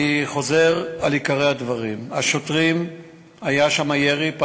אני חוזר על עיקרי הדברים: היה שם ירי לעבר מאפייה,